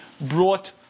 brought